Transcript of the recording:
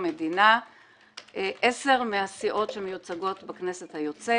המדינה עשר מהסיעות שמיוצגות בכנסת היוצאת